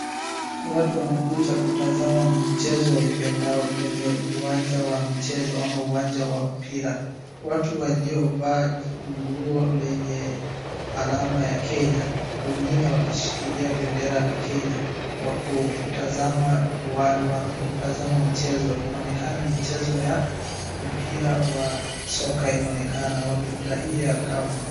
Watu wamekuja kutazama mchezo waipendao kwenye uwanja wa michezo au uwanja wa mpira. Watu waliovaa nguo lenye alama ya Kenya , wengine wakishikilia bendera la Kenya. Wako kutazama mchezo. Inonekana ni mchezo ya mpira wa soka. Inaonekana wamefurahia kamwe.